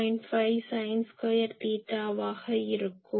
5 sine square தீட்டாவாகக் கிடைக்கும்